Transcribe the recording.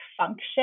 function